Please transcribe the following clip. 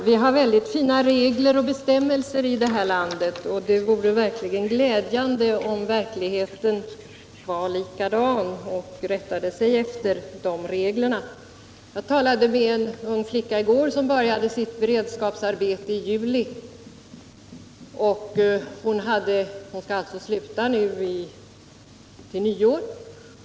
Herr talman! Vi har mycket fina regler och bestämmelser här i landet —- det vore glädjande om verkligheten rättade sig efter de reglerna. Jag talade i går med en ung flicka som började sitt beredskapsarbete i juli. Hon skall sluta nu till nyår.